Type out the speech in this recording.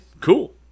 cool